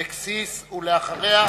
ואחריה,